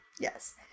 Yes